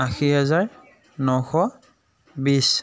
আশী হেজাৰ নশ বিছ